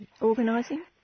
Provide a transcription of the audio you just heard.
organising